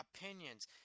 opinions